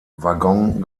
waggon